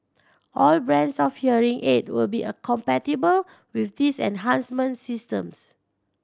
all brands of hearing aid will be a compatible with these enhancement systems